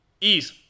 Ease